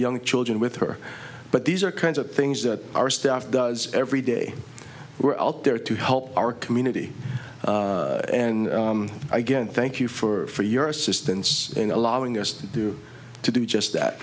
young children with her but these are kinds of things that our staff does every day we're out there to help our community and again thank you for your assistance in allowing us to do to do just that